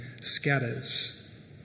scatters